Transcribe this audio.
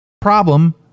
problem